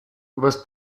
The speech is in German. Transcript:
übers